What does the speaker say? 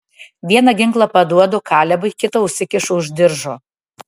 vieną ginklą paduodu kalebui kitą užsikišu už diržo